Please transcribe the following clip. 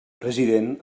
president